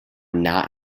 not